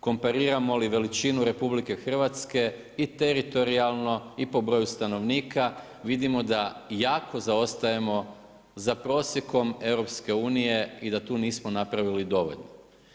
Kompariramo li veličinu RH i teritorijalno i po broju stanovnika, vidimo da jako zaostajemo za prosjekom EU i da tu nismo napravili dovoljno.